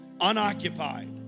Unoccupied